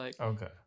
Okay